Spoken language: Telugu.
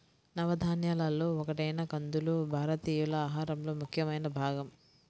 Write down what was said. నవధాన్యాలలో ఒకటైన కందులు భారతీయుల ఆహారంలో ముఖ్యమైన భాగం